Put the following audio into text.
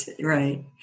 right